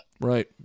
Right